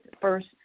First